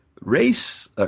race